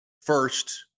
first